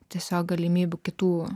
tiesiog galimybių kitų